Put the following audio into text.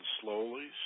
slowly